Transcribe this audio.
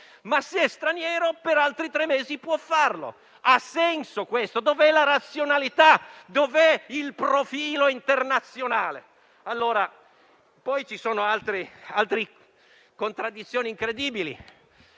se però è straniero, per altri tre mesi può farlo. Ha senso questo? Dov'è la razionalità? Dov'è il profilo internazionale? Ci sono altre contraddizioni incredibili: